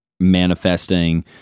manifesting